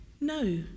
no